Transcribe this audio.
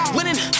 Winning